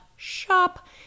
shop